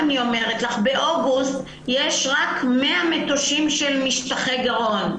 באוגוסט יש רק 100 מטושים של משטחי גרון.